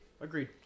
Agreed